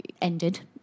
ended